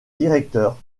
directeur